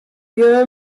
lju